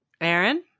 Aaron